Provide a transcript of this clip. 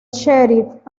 sheriff